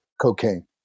cocaine